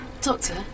Doctor